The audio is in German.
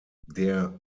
der